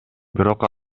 бирок